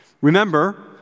Remember